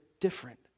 different